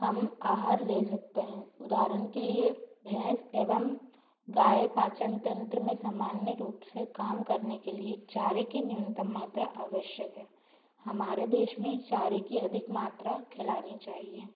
हम आहार ले सकते हैं उदाहरण के लिए भैंस एवं गाय पाचन तंत्र में सामान्य रूप से काम करने के लिए चारे की न्यूनतम मात्रा आवश्यक है हमारे देश में चारे की अधिक मात्रा खिलानी चाहिए